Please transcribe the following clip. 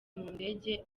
mudenge